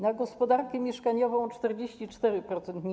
Na gospodarkę mieszkaniową - 44% mniej.